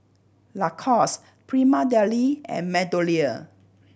Lacoste Prima Deli and MeadowLea